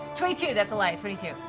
twenty two, that's a lie, twenty two.